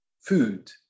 food